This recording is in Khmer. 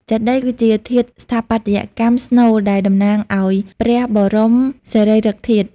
ចេតិយ គឺជាធាតុស្ថាបត្យកម្មស្នូលដែលតំណាងឱ្យព្រះបរមសារីរិកធាតុ។